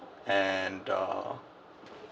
and uh